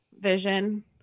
vision